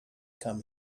come